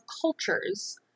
cultures